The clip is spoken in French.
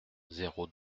zéro